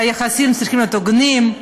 והיחסים צריכים להיות הוגנים.